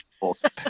awesome